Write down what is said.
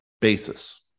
basis